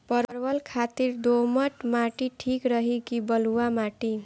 परवल खातिर दोमट माटी ठीक रही कि बलुआ माटी?